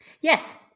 Yes